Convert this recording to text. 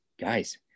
guys